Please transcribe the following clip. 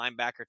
linebacker